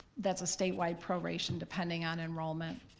that's a statewide proration depending on enrollment.